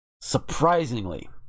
surprisingly